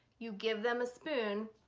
you give them a spoon.